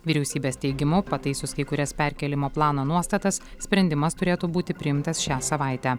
vyriausybės teigimu pataisius kai kurias perkėlimo plano nuostatas sprendimas turėtų būti priimtas šią savaitę